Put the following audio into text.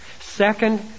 Second